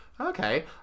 Okay